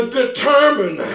determine